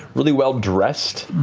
really well-dressed.